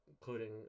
including